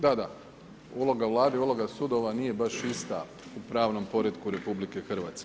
Da, da, uloga Vlade i uloga sudova nije baš ista u pravnom poretku RH.